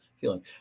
feeling